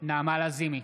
נעמה לזימי,